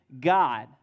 God